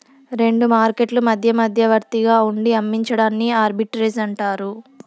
రెండు మార్కెట్లు మధ్య మధ్యవర్తిగా ఉండి అమ్మించడాన్ని ఆర్బిట్రేజ్ అంటారు